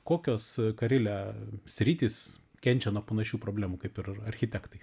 kokios karile sritys kenčia nuo panašių problemų kaip ir architektai